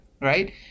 right